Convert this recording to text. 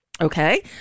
Okay